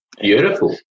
Beautiful